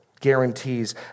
guarantees